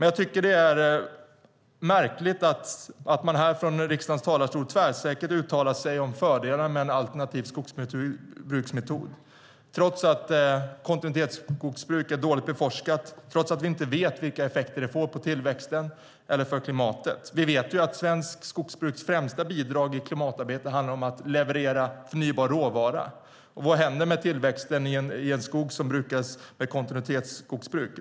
Jag tycker att det är märkligt att man här från riksdagens talarstol tvärsäkert uttalar sig om fördelarna med en alternativ skogsbruksmetod, trots att kontinuitetsskogsbruk är dåligt beforskat, trots att vi inte vet vilka effekter det får på tillväxten eller för klimatet. Vi vet ju att svenskt skogsbruks främsta bidrag i klimatarbetet handlar om att leverera förnybar råvara. Och vad händer med tillväxten i en skog som brukas som kontinuitetsskogsbruk?